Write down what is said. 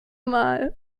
mal